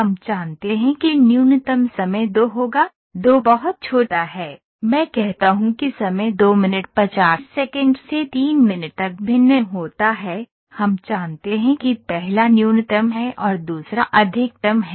हम जानते हैं कि न्यूनतम समय 2 होगा 2 बहुत छोटा है मैं कहता हूं कि समय 2 मिनट 50 सेकंड से 3 मिनट तक भिन्न होता है हम जानते हैं कि पहला न्यूनतम है और दूसरा अधिकतम है